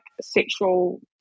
sexual